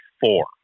four